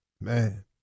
Man